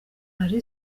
ally